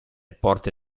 porte